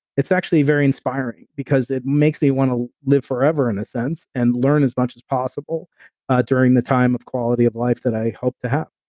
it's actually very inspiring because it makes me want to live forever, in a sense, and learn as much as possible during the time of quality of life that i hope to have